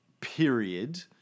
period